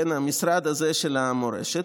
המשרד הזה של המורשת,